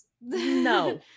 No